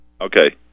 Okay